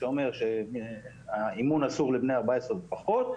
שאומר שהאימון אסור לבני 14 ופחות.